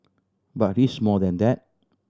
but he's more than that